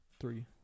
Three